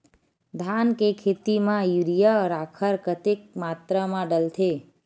धान के खेती म यूरिया राखर कतेक मात्रा म डलथे?